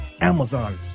Amazon